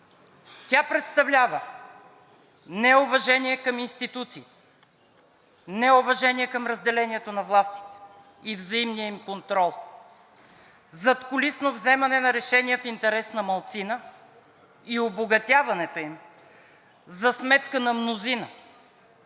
Тя представлява неуважение към институциите, неуважение към разделението на властите и взаимния им контрол, задкулисно взимане на решения в интерес на малцина и обогатяването им за сметка на мнозина,